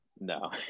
No